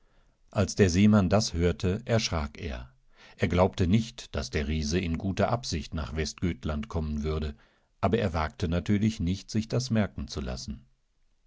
als der seemann das hörte erschrak er er glaubte nicht daß der riese in guterabsichtnachwestgötlandkommenwürde abererwagtenatürlichnicht sich das merken zu lassen